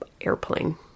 airplane